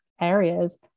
areas